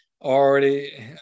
already